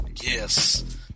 Yes